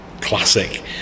classic